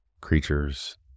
creatures